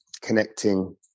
connecting